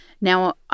Now